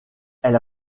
elle